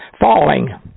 falling